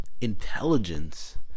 intelligence